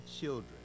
children